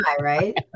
right